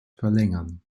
verlängern